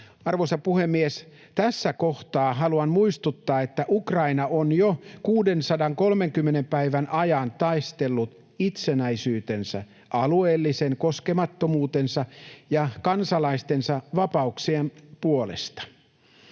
Arvoisa puhemies! Tässä kohtaa haluan muistuttaa, että Ukraina on jo 630 päivän ajan taistellut itsenäisyytensä, alueellisen koskemattomuutensa ja kansalaistensa vapauksien puolesta.